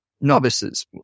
novices